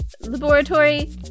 laboratory